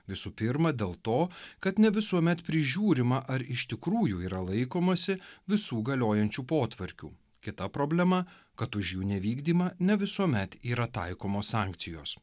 visų pirma dėl to kad ne visuomet prižiūrima ar iš tikrųjų yra laikomasi visų galiojančių potvarkių kita problema kad už jų nevykdymą ne visuomet yra taikomos sankcijos